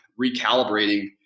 recalibrating